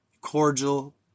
cordial